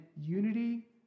unity